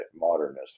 modernist